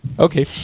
Okay